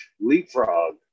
leapfrog